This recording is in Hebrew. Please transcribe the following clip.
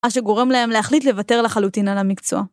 מ‫ה שגורם להם להחליט ‫לוותר לחלוטין על המקצוע.